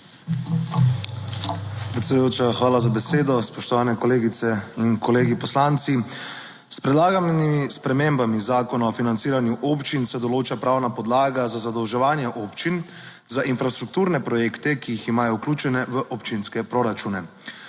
hvala za besedo. Spoštovane kolegice in kolegi poslanci. S predlaganimi spremembami Zakona o financiranju občin se določa pravna podlaga za zadolževanje občin za infrastrukturne projekte, ki jih imajo vključene v občinske proračune.